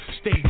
stay